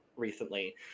recently